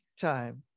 Time